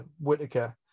Whitaker